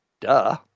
Duh